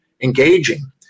engaging